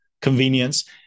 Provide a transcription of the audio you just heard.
convenience